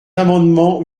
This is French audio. amendement